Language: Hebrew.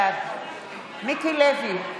בעד מיקי לוי,